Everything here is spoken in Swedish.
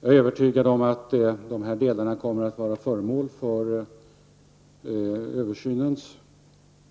Jag är övertygad om att även dessa delar kommer att övervägas inom utredningen